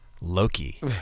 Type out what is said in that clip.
Loki